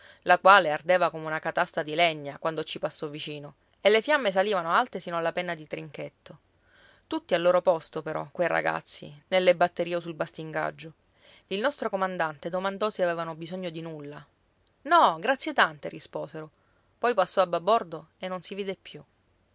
la quale ardeva come una catasta di legna quando ci passò vicino e le fiamme salivano alte sino alla penna di trinchetto tutti al loro posto però quei ragazzi nelle batterie o sul bastingaggio il nostro comandante domandò se avevano bisogno di nulla no grazie tante risposero poi passò a babordo e non si vide più